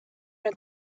than